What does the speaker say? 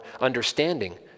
understanding